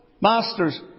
Masters